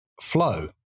Flow